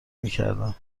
میکردن